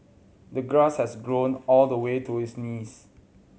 the grass has grown all the way to his knees